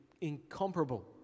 incomparable